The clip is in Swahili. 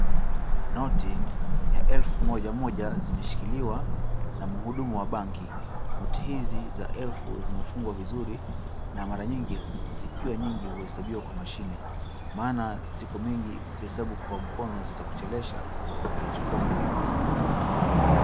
Noti za elfu moja moja zimeshikiliwa na mhudumu wa banki. Noti hizi za elfu zimefungwa vizuri na mara nyingi zikiwa nyingi huhesabiwa kwa mashine maana ziko mingi na ukihesabu kwa mkono zitakuchelewesha na itachukua muda mwingi sana.